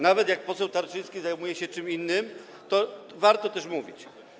Nawet jak poseł Tarczyński zajmuje się czym innym, to warto też mówić.